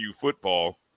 football